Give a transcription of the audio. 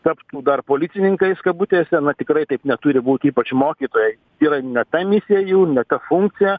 taptų dar policininkais kabutėse tikrai taip neturi būt ypač mokytojai tai yra ne ta misija jų ne ta funkcija